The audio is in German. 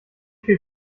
viel